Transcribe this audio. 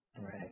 Right